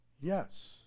yes